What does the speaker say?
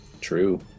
true